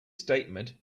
statement